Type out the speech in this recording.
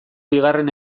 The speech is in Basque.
bigarren